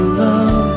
love